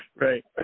Right